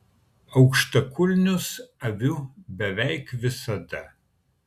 aukštakulnius aviu beveik visada